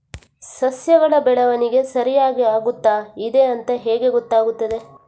ಸಸ್ಯಗಳ ಬೆಳವಣಿಗೆ ಸರಿಯಾಗಿ ಆಗುತ್ತಾ ಇದೆ ಅಂತ ಹೇಗೆ ಗೊತ್ತಾಗುತ್ತದೆ?